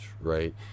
right